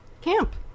Camp